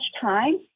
time